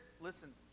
listen